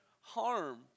harm